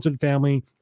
family